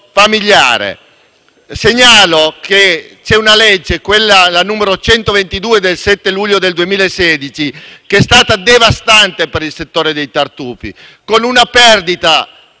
Segnalo che c'è una legge, la legge n. 122 del 7 luglio 2016, che è stata devastante per il settore dei tartufi, con una perdita